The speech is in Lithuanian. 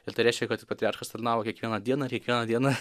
ir tai reiškia kad patriarchas tarnavo kiekvieną dieną ir kiekvieną dieną